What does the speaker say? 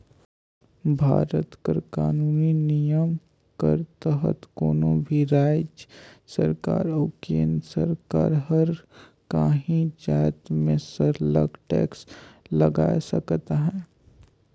भारत कर कानूनी नियम कर तहत कोनो भी राएज सरकार अउ केन्द्र कर सरकार हर काहीं जाएत में सरलग टेक्स लगाए सकत अहे